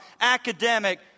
academic